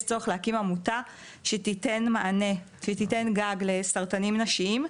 צורך להקים עמותה שתיתן מענה ותיתן גג לסרטנים נשיים,